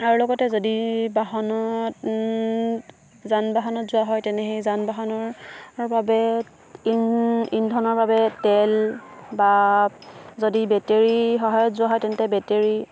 আৰু লগতে যদি বাহনত যান বাহনত যোৱা হয় তেনে সেই যান বাহনৰ বাবে ইন্ধনৰ বাবে তেল বা যদি বেটেৰী সহায়ত যোৱা হয় তেন্তে বেটেৰী